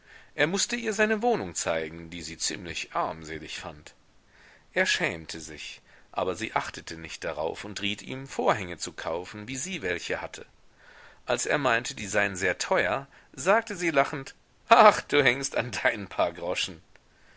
er mußte ihr seine wohnung zeigen die sie ziemlich armselig fand er schämte sich aber sie achtete nicht darauf und riet ihm vorhänge zu kaufen wie sie welche hatte als er meinte die seien sehr teuer sagte sie lachend ach hängst du an deinen paar groschen